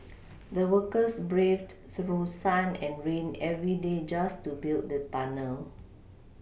the workers braved through sun and rain every day just to build the tunnel